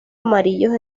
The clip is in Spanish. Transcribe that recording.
amarillos